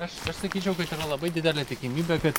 aš aš sakyčiau kad ten labai didelė tikimybė kad